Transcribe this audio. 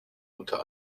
unter